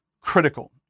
critical